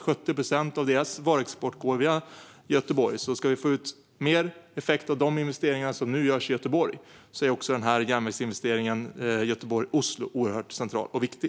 70 procent av deras varuexport går via Göteborg, så ska vi få ut mer effekt av de investeringar som nu görs i Göteborg är också järnvägsinvesteringen Göteborg-Oslo oerhört central och viktig.